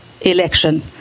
election